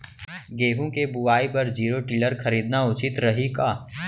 गेहूँ के बुवाई बर जीरो टिलर खरीदना उचित रही का?